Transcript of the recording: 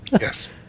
Yes